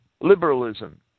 liberalism